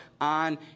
on